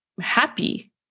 happy